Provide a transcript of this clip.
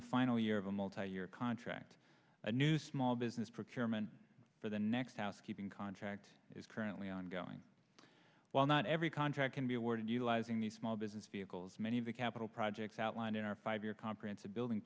the final year of a multi year contract a new small business procurement for the next housekeeping contract is currently ongoing while not every contract can be awarded utilizing the small business vehicles many of the capital projects outlined in our five year conference a building